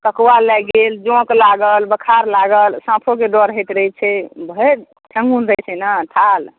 लकवा लागि गेल जोंक लागल बुख़ार लागल सापोंके डर होइत रहैत छै भरि ठेहुन रहैत छै ने थाल